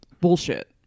bullshit